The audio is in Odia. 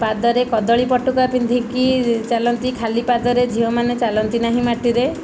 ପାଦରେ କଦଳୀ ପଟୁକା ପିନ୍ଧିକି ଚାଲନ୍ତି ଖାଲି ପାଦରେ ଝିଅମାନେ ଚାଲନ୍ତି ନାହିଁ ମାଟିରେ